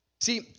See